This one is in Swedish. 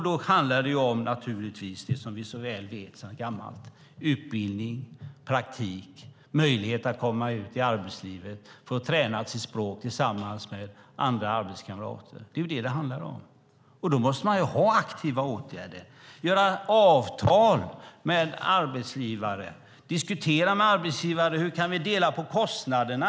Då handlar det naturligtvis om det som vi så väl vet sedan gammalt: utbildning, praktik och möjlighet att komma ut i arbetslivet och träna språket tillsammans med arbetskamrater. Det är det som det handlar om. Då måste man ha aktiva åtgärder, göra avtal med arbetsgivare och diskutera med arbetsgivare hur man kan dela på kostnaderna.